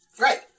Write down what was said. Right